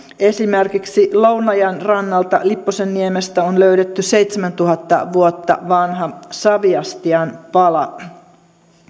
esimerkiksi lounajan rannalta lipposenniemestä on löydetty seitsemäntuhatta vuotta vanha saviastian pala